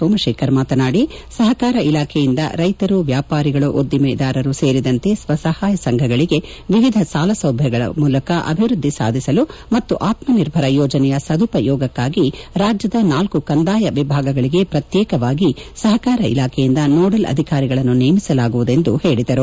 ಸೋಮಶೇಖರ್ ಮಾತನಾಡಿ ಸಹಕಾರ ಇಲಾಖೆಯಿಂದ ರೈತರು ವ್ಯಾಪಾರಿಗಳು ಉದ್ದಿಮೆದಾರರು ಸೇರಿದಂತೆ ಸ್ವಸಹಾಯ ಸಂಘಗಳಿಗೆ ವಿವಿಧ ಸಾಲಸೌಲಭ್ಯಗಳ ಮೂಲಕ ಅಭಿವೃದ್ದಿ ಸಾಧಿಸಲು ಮತ್ತು ಆತ್ಮನಿರ್ಭರ ಯೋಜನೆಯ ಸದುಪಯೋಗಕ್ಕಾಗಿ ರಾಜ್ಯದ ನಾಲ್ಕು ಕಂದಾಯ ವಿಭಾಗಗಳಿಗೆ ಪ್ರತ್ಯೇಕವಾಗಿ ಸಹಕಾರ ಇಲಾಖೆಯಿಂದ ನೋಡಲ್ ಅಧಿಕಾರಿಗಳನ್ನು ನೇಮಿಸಲಾಗುವುದು ಎಂದು ಹೇಳಿದರು